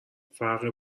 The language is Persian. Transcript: فرق